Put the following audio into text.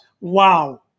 Wow